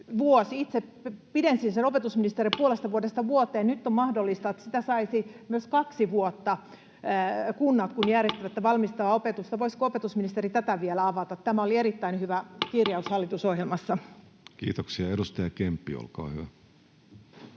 itse pidensin sen opetusministerinä puolesta vuodesta vuoteen — niin nyt on mahdollista, että sitä saisi myös kaksi vuotta, kun kunnat järjestävät tätä valmistavaa opetusta. Voisiko opetusministeri tätä vielä avata? Tämä oli erittäin hyvä kirjaus hallitusohjelmassa. Kiitoksia. — Edustaja Kemppi, olkaa hyvä.